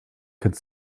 could